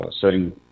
setting